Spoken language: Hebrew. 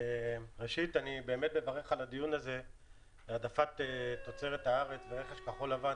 ראשית אני מברך על הדיון הזה על העדפת תוצרת הארץ ורכש כחול לבן,